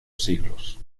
siglos